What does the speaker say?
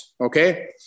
Okay